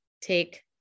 take